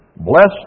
Blessed